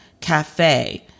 Cafe